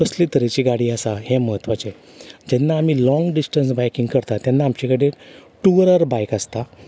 कसले तरेची गाडी आसा हें महत्वाचें जेन्ना आमी लाँग डिस्टंन्स बायकींग करता तेन्ना आमचे कडेन टुअर बायक आसता